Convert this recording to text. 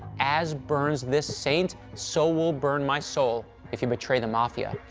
as burns this saint, so will burn my soul if you betray the mafia.